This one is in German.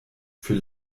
für